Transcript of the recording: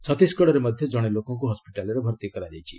ଛତିଶଗଡରେ ମଧ୍ୟ ଜଣେ ଲୋକଙ୍କ ହସ୍କିଟାଲରେ ଭର୍ତ୍ତି କରାଯାଇଛି